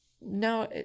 No